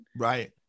Right